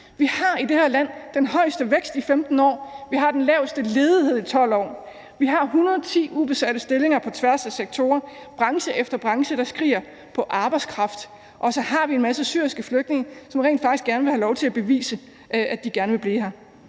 Vi har i det her land den højeste vækst i 15 år. Vi har den laveste ledighed i 12 år. Vi har 110.000 ubesatte stillinger på tværs af sektorer, branche efter branche, der skriger på arbejdskraft, og så har vi en masse syriske flygtninge, som rent faktisk gerne vil have lov til at bevise, at de gerne vil blive her.